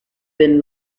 been